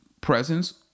presence